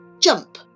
Jump